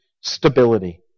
stability